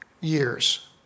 years